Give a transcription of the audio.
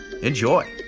Enjoy